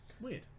Weird